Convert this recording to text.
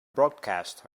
broadcast